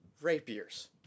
rapiers